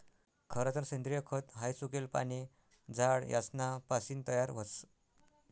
खरतर सेंद्रिय खत हाई सुकेल पाने, झाड यासना पासीन तयार व्हस